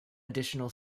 additional